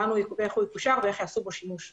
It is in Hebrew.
איך הוא יקושר ואיך יעשו בו שימוש.